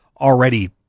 already